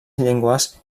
llengües